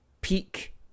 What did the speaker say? peak